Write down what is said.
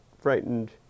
frightened